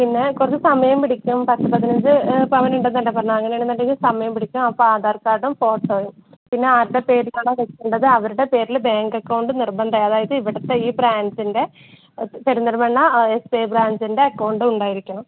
പിന്നെ കുറച്ച് സമയം പിടിക്കും പത്ത് പതിനഞ്ച് പവനുണ്ടന്നല്ലേ പറഞ്ഞത് അങ്ങനെയാണെന്നുണ്ടെങ്കിൽ സമയം പിടിക്കും ഇപ്പം അപ്പം ആധാർ കാർഡും ഫോട്ടോയും പിന്നെ ആരുടെ പേരിലാണോ വെയ്ക്കണ്ടത് അവരുടെ പേരിൽ ബാങ്ക് അക്കൗണ്ട് നിർബന്ധമാണ് അതായത് ഇവിടത്തെ ഈ ബ്രാഞ്ചിൻ്റെ പെരിന്തൽമണ്ണ എസ് ബി ഐ ബ്രാഞ്ചിൻ്റെ അക്കൗണ്ട് ഉണ്ടായിരിക്കണം